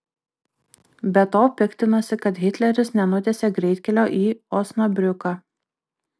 be to piktinasi kad hitleris nenutiesė greitkelio į osnabriuką